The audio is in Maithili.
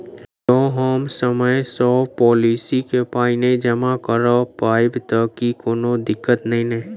जँ हम समय सअ पोलिसी केँ पाई नै जमा कऽ पायब तऽ की कोनो दिक्कत नै नै?